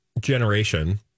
generation